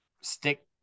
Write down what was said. stick